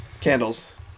candles